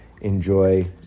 enjoy